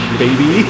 baby